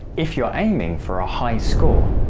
if you're aiming for a high score,